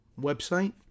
website